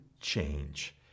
change